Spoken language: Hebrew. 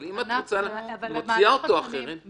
אבל אם את מוציאה אותו --- אדוני היושב-ראש,